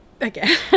again